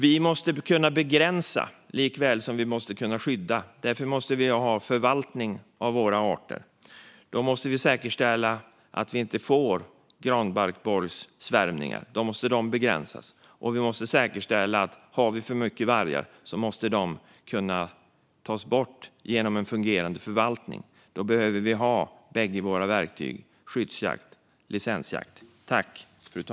Vi måste kunna begränsa och skydda. Därför måste vi ha förvaltning av våra arter. Då måste vi säkerställa att vi inte får granbarkborrssvärmningar. De måste begränsas. Och om vi har för många vargar måste de kunna tas bort genom en fungerande förvaltning. Då behöver vi ha båda våra verktyg: skyddsjakt och licensjakt.